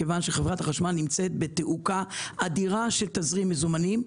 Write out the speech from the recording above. מכיוון שחברת החשמל נמצאת בתעוקה אדירה של תזרים מזומנים,